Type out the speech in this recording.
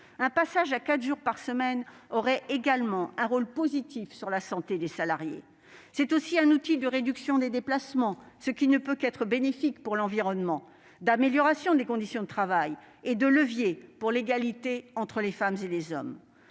Un passage à quatre jours par semaine aurait également un rôle positif sur la santé des salariés. Ce serait aussi un outil de réduction des déplacements, ce qui ne peut être que bénéfique pour l'environnement et l'amélioration des conditions de travail, et un levier pour l'égalité entre les femmes et les hommes.